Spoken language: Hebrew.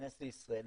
ייכנס לישראל.